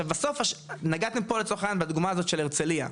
עכשיו בסוף נגעתם בדוגמא הזאת של הרצליה,